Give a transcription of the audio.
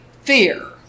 Fear